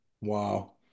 Wow